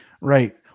Right